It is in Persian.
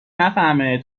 نفهمه